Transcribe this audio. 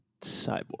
Cyborg